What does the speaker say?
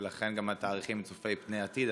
ולכן גם התאריכים צופי פני עתיד,